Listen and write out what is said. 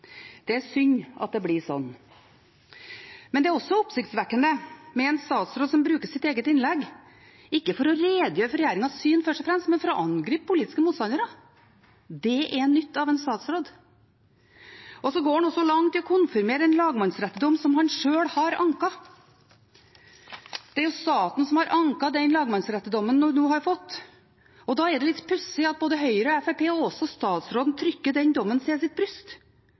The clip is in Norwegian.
Det er synd at det blir sånn. Det er også oppsiktsvekkende med en statsråd som bruker sitt eget innlegg ikke til først og fremst å redegjøre for regjeringens syn, men til å angripe politiske motstandere. Det er nytt fra en statsråd. Han går også langt i å konfirmere en lagmannsrettsdom som han sjøl har anket. Det er jo staten som har anket den lagmannsrettsdommen en nå har fått, og da er det litt pussig at både Høyre og Fremskrittspartiet og også statsråden trykker den dommen til sitt bryst.